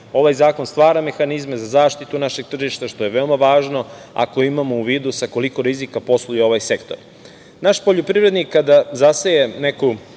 cilj. Ovaj zakon stvara mehanizme za zaštitu našeg tržišta, što je veoma važno ako imamo u vidu sa koliko rizika posluje ovaj sektor. Naš poljoprivrednik kada zaseje neku